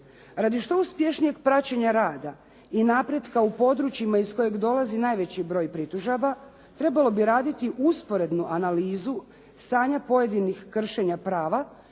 Radi što uspješnijeg praćenja rada i napretka u područjima iz kojeg dolazi najveći broj pritužaba, trebalo bi raditi usporednu analizu stanja pojedinih kršenja prava,